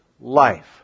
life